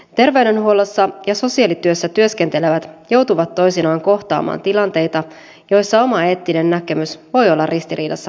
terveydenhuollossa ja sosiaalityössä työskentelevät joutuvat toisinaan kohtaamaan tilanteita joissa oma eettinen näkemys voi olla ristiriidassa hoitotapahtuman kanssa